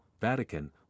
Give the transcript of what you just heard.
Vatican